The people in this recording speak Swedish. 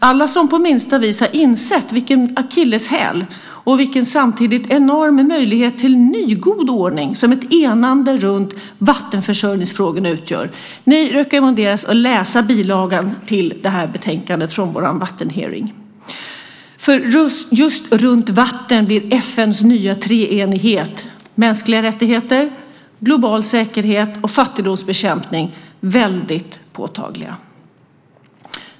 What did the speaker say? Alla som på minsta vis har insett vilken akilleshäl och samtidigt vilken enorm möjlighet till en ny, god ordning, som ett enande runt vattenförsörjningsfrågorna utgör, rekommenderas att läsa bilagan till det här betänkandet från vår vattenhearing. Just runt vatten bildas FN:s nya treenighet - mänskliga rättigheter, global säkerhet och fattigdomsbekämpning - väldigt påtagligt.